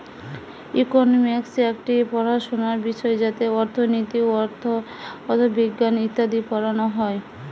economics একটি পড়াশোনার বিষয় যাতে অর্থনীতি, অথবিজ্ঞান ইত্যাদি পড়ানো হয়